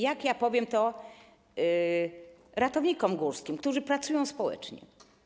Jak ja to powiem ratownikom górskim, którzy pracują społecznie?